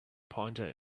pointer